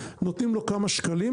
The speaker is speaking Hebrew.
נותנים לו כמה שקלים,